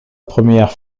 première